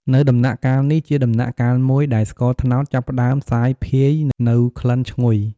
នៅដំណាក់កាលនេះ ជាដំណាក់កាលមួយដែលស្ករត្នោតចាប់ផ្តើមសាយភាយនូវក្លិនឈ្ងុយ។